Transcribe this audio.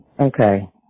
okay